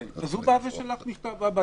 הוא שלח מכתב: אבא,